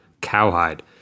cowhide